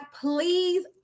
Please